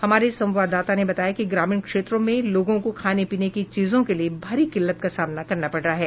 हमारे संवाददाता ने बताया कि ग्रामीण क्षेत्रों में लोगों को खाने पीने की चीजों के लिये भारी किल्लत का सामना करना पड़ रहा है